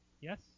Yes